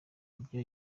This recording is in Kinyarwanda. ibyo